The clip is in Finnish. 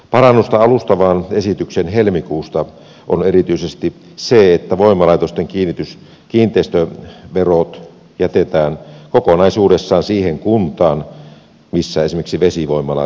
parannusta alustavaan esitykseen helmikuulta on erityisesti se että voimalaitosten kiinteistöverot jätetään kokonaisuudessaan siihen kuntaan missä esimerkiksi vesivoimala sijaitsee